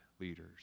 leaders